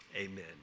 amen